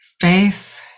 faith